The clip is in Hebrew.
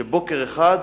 בוקר אחד